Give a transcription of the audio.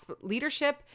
leadership